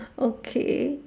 okay